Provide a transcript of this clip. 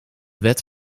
wet